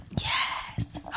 Yes